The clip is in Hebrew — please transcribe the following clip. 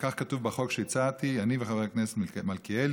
וכך כתוב בחוק שהצעתי, אני וחבר הכנסת מלכיאלי: